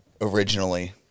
originally